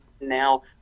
now